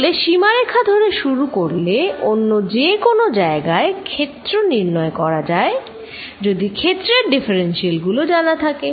তাহলে সীমারেখা ধরে শুরু করলে অন্য যেকোনো জায়গায় ক্ষেত্র নির্ণয় করা যায় যদি ক্ষেত্রের ডিফারেন্সিয়াল গুলো জানা থাকে